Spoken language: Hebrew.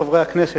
חברי הכנסת,